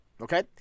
Okay